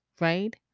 right